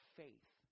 faith